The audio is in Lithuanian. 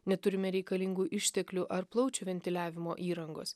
neturime reikalingų išteklių ar plaučių ventiliavimo įrangos